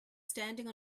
standing